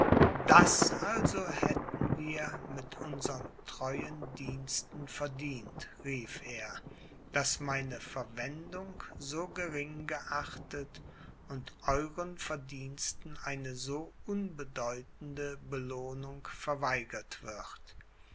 das also hätten wir mit unsern treuen diensten verdient rief er daß meine verwendung so gering geachtet und euren verdiensten eine so unbedeutende belohnung verweigert wird